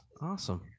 Awesome